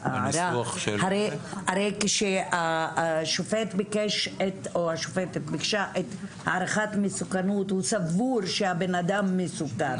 הרי כשהשופט ביקש הערכת מסוכנות הוא סבור שהבן אדם מסוכן.